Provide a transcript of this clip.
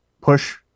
push